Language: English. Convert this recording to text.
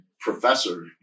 professor